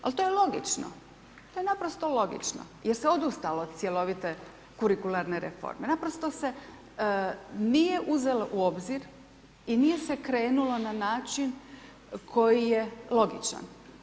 Al to je logično, to je naprosto logično, jer se odustalo od cjelovite kurikularne reforme, naprosto se nije uzelo u obzir i nije se krenulo na način koji je logičan.